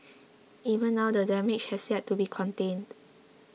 even now the damage has yet to be contained